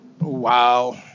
Wow